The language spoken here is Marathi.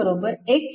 हे पुसू द्या